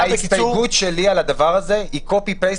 --- ההסתייגות שלי על הדבר הזה היא copy-paste